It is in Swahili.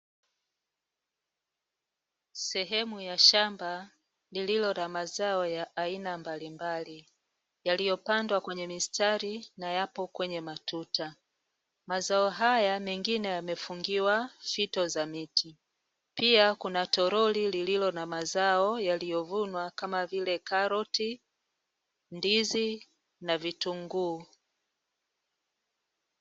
Sehemu ya shamba lililo na mazao ya aina mbalimbali, yaliyopandwa kwenye mistari na yapo kwenye matuta. Mazao haya mengine yamefungiwa fito za miti. Pia kuna toroli lililo na mazao yaliyovunwa kama vile karoti, ndizi na vitunguu.